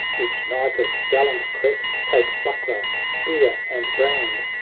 each knight of gallant crest take buckler, spear, and brand!